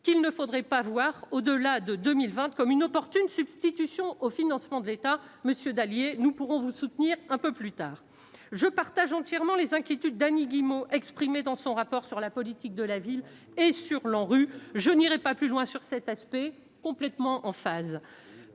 qu'il ne faudrait pas voir au-delà de 2020, comme une opportune substitution au financement de l'État, monsieur Dallier, nous pourrons vous soutenir un peu plus tard je partage entièrement les inquiétudes d'Annie Guillemot exprimée dans son rapport sur la politique de la ville et sur l'ANRU je n'irai pas plus loin, sur cet aspect complètement en phase